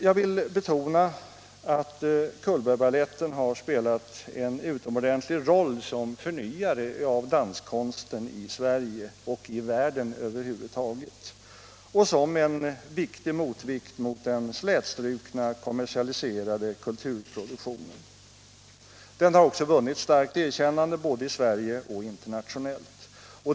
Jag vill betona att Cullbergbaletten har spelat en utomordentlig roll som förnyare av danskonsten i Sverige och i världen över huvud taget och som en viktig motvikt mot den slätstrukna kommersialiserade kulturproduktionen. Den har också vunnit starkt erkännande både i Sverige och internationellt.